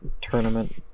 tournament